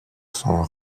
son